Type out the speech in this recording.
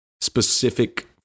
specific